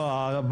לא,